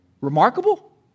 Remarkable